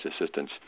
assistance